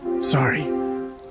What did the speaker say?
Sorry